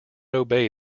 obey